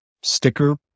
sticker